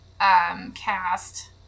cast